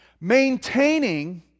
Maintaining